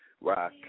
rock